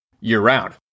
year-round